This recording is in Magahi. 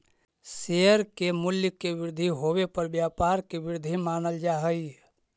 शेयर के मूल्य के वृद्धि होवे पर व्यापार के वृद्धि मानल जा हइ